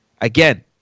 Again